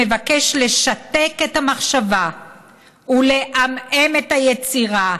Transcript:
שמבקש לשתק את המחשבה ולעמעם את היצירה,